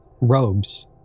robes